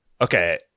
Okay